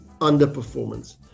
underperformance